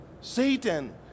Satan